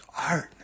art